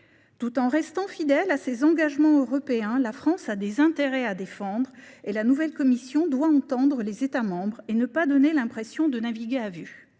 Tout en restant fidèle à ses engagements européens, la France a des intérêts à défendre. La nouvelle Commission, elle, doit entendre les États membres et ne pas donner l’impression de naviguer à vue.